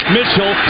Mitchell